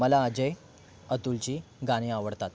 मला अजय अतुलची गाणी आवडतात